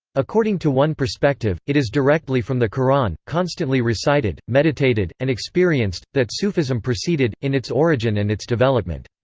according to one perspective, it is directly from the qur'an, constantly recited, meditated, and experienced, that sufism proceeded, in its origin and its development.